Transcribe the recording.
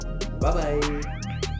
Bye-bye